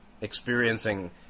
experiencing